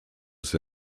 was